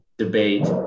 debate